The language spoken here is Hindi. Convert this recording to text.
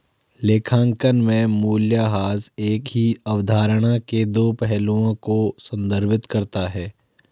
लेखांकन में मूल्यह्रास एक ही अवधारणा के दो पहलुओं को संदर्भित करता है